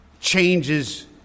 changes